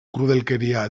krudelkeria